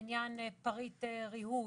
לעניין פריט ריהוט.